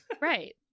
Right